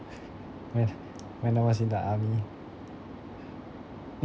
when when I was in the army